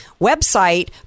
website